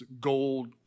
gold